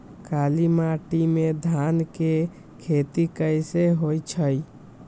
काली माटी में धान के खेती कईसे होइ छइ?